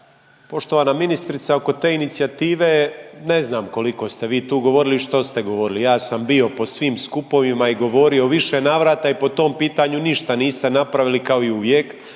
Poštovana ministrice oko te inicijative, ne znam koliko ste vi tu govorili i što ste govorili. Ja sam bio po svim skupovima i govorio u više navrata i po tom pitanju ništa niste napravili kao i uvijek.